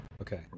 Okay